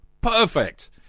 Perfect